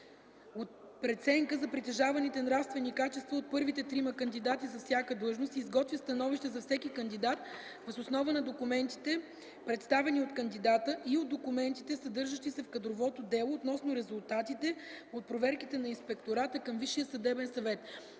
преценка за притежаваните нравствени качества от първите трима кандидати за всяка длъжност и изготвя становище за всеки кандидат въз основа на документите, представени от кандидата, и документите, съдържащи се в кадровото дело, относно резултатите от проверките на Инспектората към Висшия съдебен съвет,